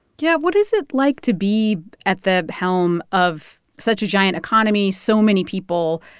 yeah. what is it like to be at the helm of such a giant economy, so many people?